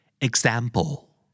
Example